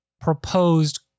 proposed